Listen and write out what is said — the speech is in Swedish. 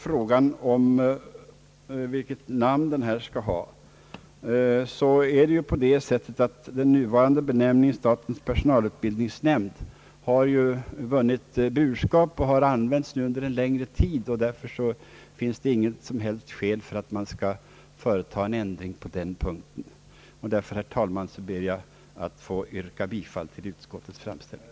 Vad beträffar namnet vill jag säga att den nuvarande benämningen statens personalutbildningsnämnd har vunnit burskap och har använts under en längre tid. Därför finns det intet som helst skäl att nu företaga en ändring på den punkten. Därför, herr talman, ber jag att få yrka bifall till utskottets hemställan.